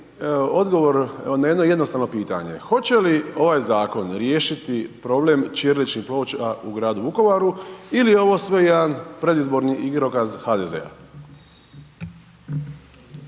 odgovor na jedno jednostavno pitanje. Hoće li ovaj zakon riješiti problem ćiriličnih ploča u gradu Vukovaru ili je ovo sve jedan predizborni igrokaz HDZ-a?